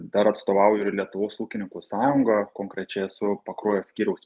dar atstovauju ir lietuvos ūkininkų sąjungą konkrečiai esu pakruojo skyriaus